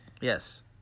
Yes